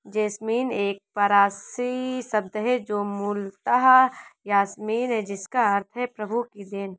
jasmine एक पारसी शब्द है जो मूलतः यासमीन है जिसका अर्थ है प्रभु की देन